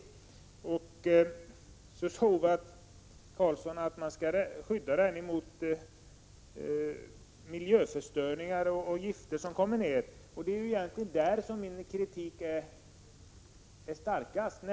Vidare sade Ove Karlsson att man skall skydda marken mot miljöförstöring och gifter som faller ned. Det är egentligen där min kritik är starkast.